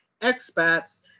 expats